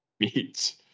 meats